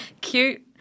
cute